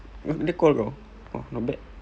oh not bad